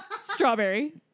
Strawberry